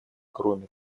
кроме